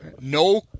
no